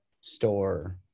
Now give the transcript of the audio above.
store